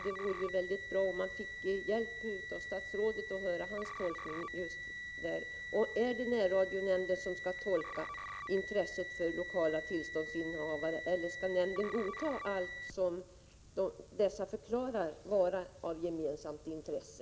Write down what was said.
Det vore intressant att höra statsrådets tolkning: Är det närradionämnden som skall tolka vad som är gemensamt intresse för lokala tillståndsinnehavare eller skall nämnden godta allt som dessa förklarar vara av gemensamt intresse?